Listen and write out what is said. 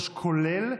כולל,